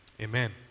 Amen